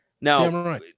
Now